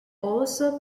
also